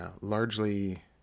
largely